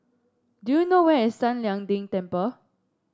do you know where is San Lian Deng Temple